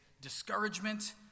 discouragement